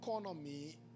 economy